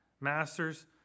Masters